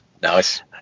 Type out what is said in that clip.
Nice